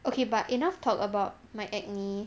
okay but enough talk about my acne